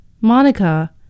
Monica